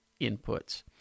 inputs